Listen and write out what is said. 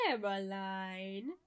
Caroline